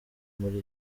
muri